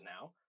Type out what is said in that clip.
now